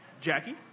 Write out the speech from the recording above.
Jackie